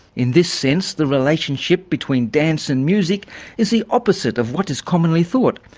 in this sense the relationship between dance and music is the opposite of what is commonly thought.